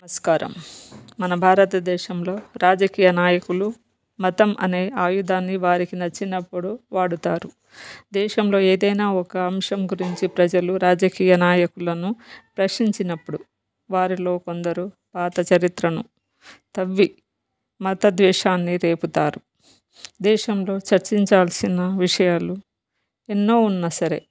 నమస్కారం మన భారతదేశంలో రాజకీయ నాయకులు మతం అనే ఆయుధాన్ని వారికి నచ్చినప్పుడు వాడుతారు దేశంలో ఏదైనా ఒక అంశం గురించి ప్రజలు రాజకీయ నాయకులను ప్రశ్నించినపుడు వారిలో కొందరు పాత చరిత్రను తవ్వి మత ద్వేషాన్ని రేపుతారు దేశంలో చర్చించాల్సిన విషయాలు ఎన్నో ఉన్నా సరే